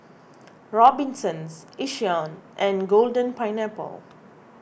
Robinsons Yishion and Golden Pineapple